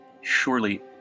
surely